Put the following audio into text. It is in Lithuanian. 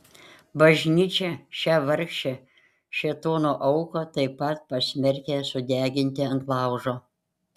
bažnyčia šią vargšę šėtono auką taip pat pasmerkia sudeginti ant laužo